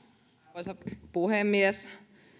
arvoisa puhemies